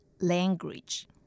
language